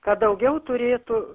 kad daugiau turėtų